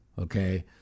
Okay